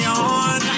on